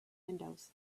windows